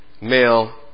Male